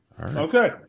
Okay